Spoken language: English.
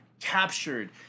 captured